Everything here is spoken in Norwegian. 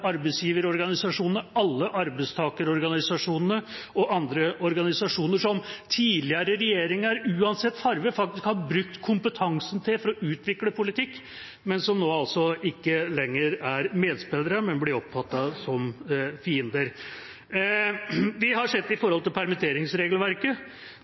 arbeidsgiverorganisasjonene, alle arbeidstakerorganisasjonene og andre organisasjoner som tidligere regjeringer, uansett farge, faktisk har brukt kompetansen til for å utvikle politikk, men som nå altså ikke lenger er medspillere, men blir oppfattet som fiender. Vi har sett